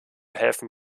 helfen